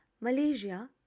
Malaysia